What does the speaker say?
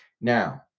Now